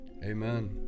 Amen